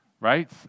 right